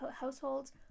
households